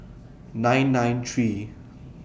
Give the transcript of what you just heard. nine nine three